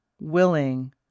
willing